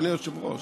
אדוני היושב-ראש?